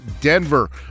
Denver